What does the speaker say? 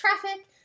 traffic